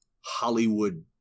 Hollywood